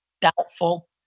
doubtful